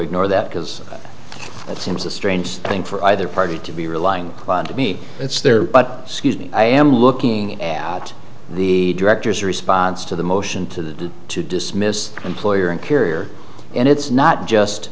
ignore that because it seems a strange thing for either party to be relying on to me it's there but i am looking at the director's response to the motion to dismiss employer and curiouser and it's not just